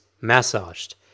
massaged